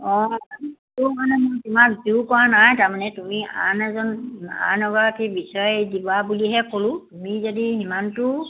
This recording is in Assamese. অঁ তোমাক জোৰ কৰা নাই তাৰমানে তুমি আন এজন আন এগৰাকী বিচাৰি দিবা বুলিহে ক'লোঁ তুমি যদি সিমানটো